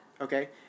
Okay